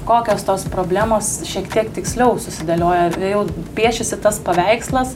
kokios tos problemos šiek tiek tiksliau susidėlioja jau piešiasi tas paveikslas